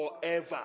forever